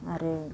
आरो